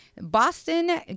Boston